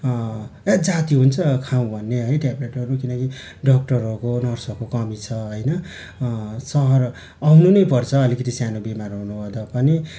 ए जाती हुन्छ खाउँ भन्ने है ट्याबलेटहरू किनकि डक्टरहरूको नर्सहरूको कमी छ होइन सहर आउनु नै पर्छ अलिकति सानो बिमार